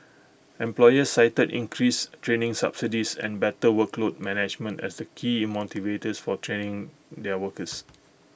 employers cited increased training subsidies and better workload management as the key motivators for training their workers